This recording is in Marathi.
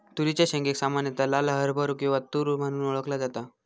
तुरीच्या शेंगेक सामान्यता लाल हरभरो किंवा तुर म्हणून ओळखला जाता